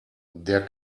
der